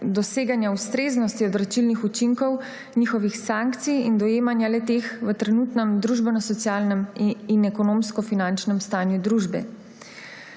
doseganja ustreznosti odvračilnih učinkov, njihovih sankcij in dojemanja le-teh v trenutnem družbeno-socialnem in ekonomsko-finančnem stanju družbe.